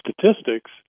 statistics